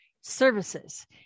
Services